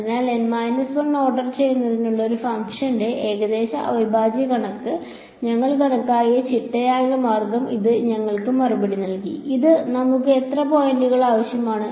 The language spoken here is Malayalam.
അതിനാൽ N 1 ഓർഡർ ചെയ്യുന്നതിനുള്ള ഒരു ഫംഗ്ഷന്റെ ഏകദേശ അവിഭാജ്യ കണക്ക് ഞങ്ങൾ കണക്കാക്കിയ ചിട്ടയായ മാർഗം ഇത് ഞങ്ങൾക്ക് നൽകി അതിന് നമുക്ക് എത്ര പോയിന്റുകൾ ആവശ്യമാണ്